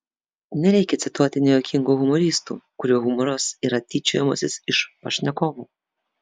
nereikia cituoti nejuokingų humoristų kurių humoras yra tyčiojimasis iš pašnekovų